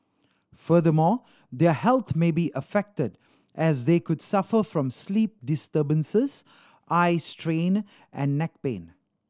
furthermore their health may be affected as they could suffer from sleep disturbances eye strain and neck pain